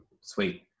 Sweet